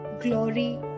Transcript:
glory